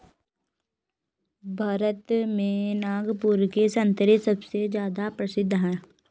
भारत में नागपुर के संतरे सबसे ज्यादा प्रसिद्ध हैं